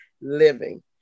living